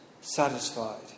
satisfied